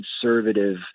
conservative